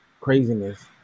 craziness